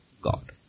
God